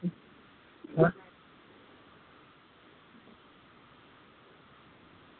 હ હ